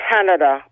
Canada